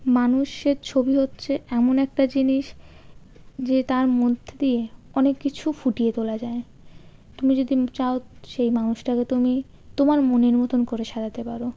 মানুষের ছবি হচ্ছে এমন একটা জিনিস যে তার মধ্যে দিয়ে অনেক কিছু ফুটিয়ে তোলা যায় তুমি যদি চাও সেই মানুষটাকে তুমি তোমার মনের মতন করে সাজাতে পারো